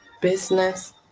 business